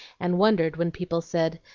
and wondered when people said,